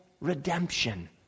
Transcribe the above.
redemption